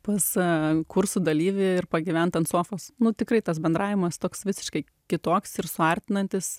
pas kursų dalyvį ir pagyvent ant sofos nu tikrai tas bendravimas toks visiškai kitoks ir suartinantis